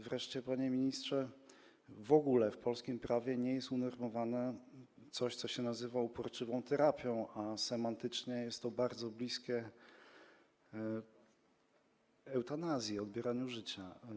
Wreszcie, panie ministrze, w ogóle w polskim prawie nie jest unormowane coś, co się nazywa uporczywą terapią, a semantycznie jest to sprawa bardzo bliska kwestii eutanazji, odbierania życia.